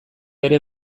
ere